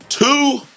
Two